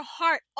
heart